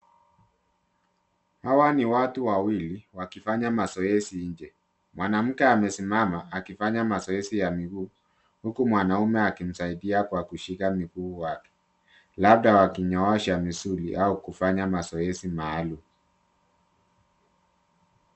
Hawa ni watu wawili wakifanya mazoezi inje, mwanamke amesimama akifanya mazoezi ya miguu uku mwanaume akimsaidia kwa kushikia mguu wake, labda wakinyoosha misuli au kufanya mazoezi maalum.